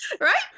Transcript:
Right